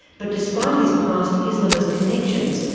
but despite his past islamist connections,